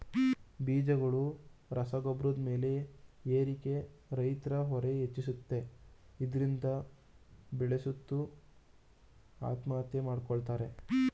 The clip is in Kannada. ಬೀಜಗಳು ರಸಗೊಬ್ರದ್ ಬೆಲೆ ಏರಿಕೆ ರೈತ್ರ ಹೊರೆ ಹೆಚ್ಚಿಸುತ್ತೆ ಇದ್ರಿಂದ ಬೇಸತ್ತು ಆತ್ಮಹತ್ಯೆ ಮಾಡ್ಕೋತಾರೆ